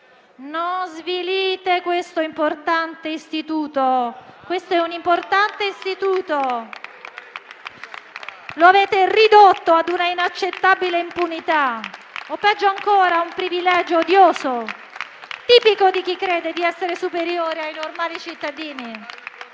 Non svilite questo importante istituto, che avete ridotto a un'inaccettabile impunità o, peggio ancora, a un privilegio odioso, tipico di chi crede di essere superiore ai normali cittadini.